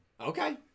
Okay